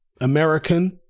American